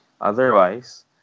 Otherwise